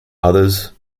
others